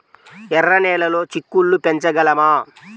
ఎర్ర నెలలో చిక్కుళ్ళు పెంచగలమా?